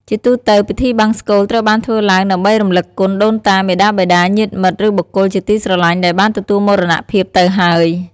ជាទូទៅ ពិធីបង្សុកូលត្រូវបានធ្វើឡើងដើម្បីរំលឹកគុណ ដូនតា មាតាបិតា ញាតិមិត្ត ឬបុគ្គលជាទីស្រឡាញ់ដែលបានទទួលមរណភាពទៅហើយ។